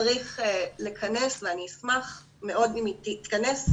צריך לכנס ואני אשמח מאוד אם היא תתכנס,